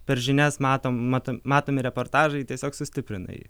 per žinias matom mato matomi reportažai tiesiog sustiprina jį